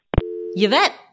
Yvette